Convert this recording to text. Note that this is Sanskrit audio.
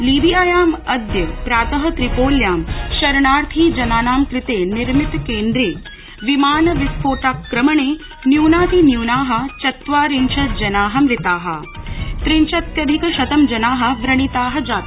लीबियांयां अद्य प्रात त्रिपोल्यां शरणार्थिजनानां कृते निर्मित केन्द्रे विमान विस्फोटाक्रमणे न्यूनातिन्यूना चत्वारिंशत् जना मृता त्रिंशत्यधिकशतम् जना व्रणिता जाता